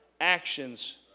actions